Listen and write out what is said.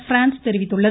prawns தெரிவித்துள்ளது